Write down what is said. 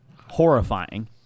horrifying